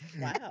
Wow